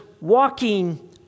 walking